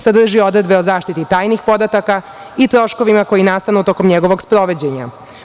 Sadrži odredbe o zaštiti tajnih podataka i troškovima koji nastanu tokom njegovog sprovođenja.